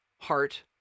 heart